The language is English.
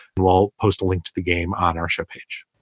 we'll post a link to the game on our show page